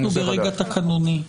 מכובדיי, אנחנו ברקע תקנוני.